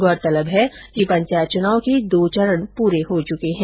गौरतलब है कि पंचायत चुनाव के दो चरण पूरे हो चुके है